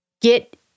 Get